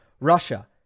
Russia